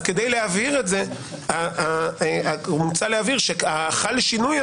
כדי להבהיר את זה מוצע להבהיר ש"חל שינוי"